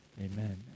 amen